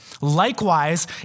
Likewise